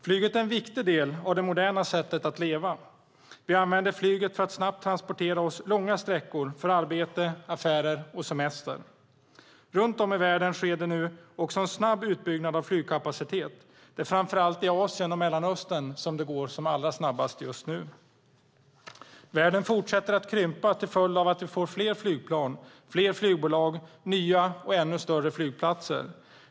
Flyget är en viktig del av det moderna sättet att leva. Vi använder flyget för att snabbt transportera oss långa sträckor för arbete, affärer och semester. Runt om i världen sker nu en snabb utbyggnad av flygkapacitet. Det är framför allt i Asien och i Mellanöstern som det går allra snabbast just nu. Världen fortsätter att krympa till följd av att vi får fler flygplan, fler flygbolag och nya och ännu större flygplatser.